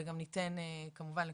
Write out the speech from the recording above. וגם ניתן כמובן,